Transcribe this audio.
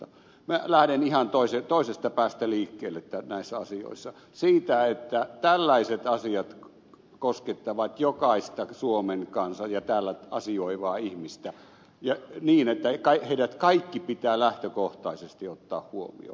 minä lähden ihan toisesta päästä liikkeelle näissä asioissa siitä että tällaiset asiat koskettavat jokaista suomen kansalaista ja täällä asioivaa ihmistä niin että heidät kaikki pitää lähtökohtaisesti ottaa huomioon